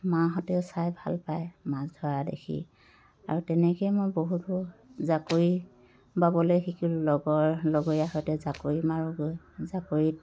মাহঁতেও চাই ভাল পায় মাছ ধৰা দেখি আৰু তেনেকৈয়ে মই বহুতো জাকৈ বাবলৈ শিকিলোঁ লগৰ লগৰীয়া সৈতে জাকৈ মাৰোঁগৈ জাকৈত